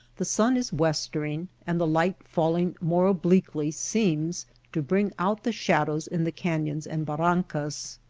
the sun is westering, and the light falling more obliquely seems to bring out the shadows in the canyons and barrancas.